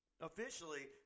officially